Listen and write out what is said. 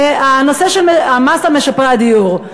זה הנושא של מס משפרי הדיור.